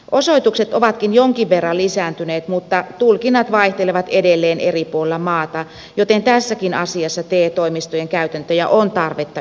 osoitukset ovatkin jonkin verran lisääntyneet mutta tulkinnat vaihtelevat edelleen eri puolilla maata joten tässäkin asiassa te toimistojen käytäntöjä on tarvetta yhtenäistää